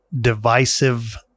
divisive